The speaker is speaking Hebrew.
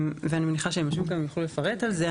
ואני מניחה שהם יושבים כאן, הם יוכלו לפרט על זה.